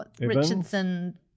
Richardson